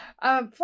Plus